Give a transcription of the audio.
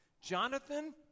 Jonathan